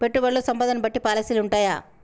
పెట్టుబడుల్లో సంపదను బట్టి పాలసీలు ఉంటయా?